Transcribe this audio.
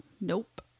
Nope